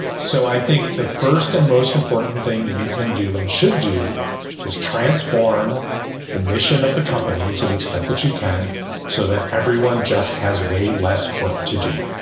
so i think the first and most important thing you can do and should do is transform the mission of the company to the extent that you can so that everyone just has way less work to do,